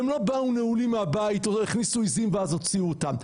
הם לא באו נעולים מהבית או הכניסו עיזים ואז הוציאו אותם.